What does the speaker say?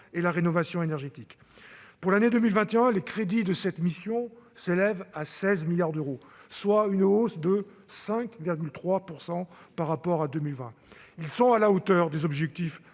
et la rénovation énergétique. Pour l'année 2021, les crédits de cette mission s'élèvent à 16 milliards d'euros, soit une hausse de 5,3 % par rapport à 2020. Ils sont à la hauteur des objectifs